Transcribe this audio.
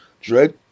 Dread